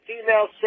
female